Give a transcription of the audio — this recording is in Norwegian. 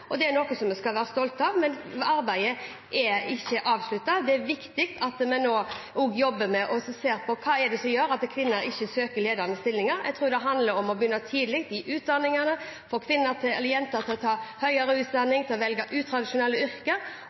Det er noe vi skal være stolt av, men arbeidet er ikke avsluttet. Det er viktig at vi nå også jobber med å se på hva som gjør at kvinner ikke søker ledende stillinger. Jeg tror det handler om å begynne tidlig, i utdanningene, få jenter til å ta høyere utdanning, til å velge utradisjonelle yrker.